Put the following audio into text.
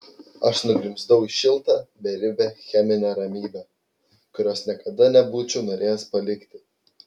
aš nugrimzdau į šiltą beribę cheminę ramybę kurios niekada nebūčiau norėjęs palikti